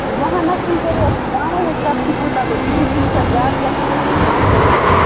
وُہَن نفرَن کٔرِو حظ تُہۍ پانے حِساب سُہ کوٗتاہ گوٚو تُہۍ وُچھو یہِ چھا زیادٕ گژھان کِنہٕ یہِ چھُ کَم گژھان